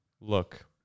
Look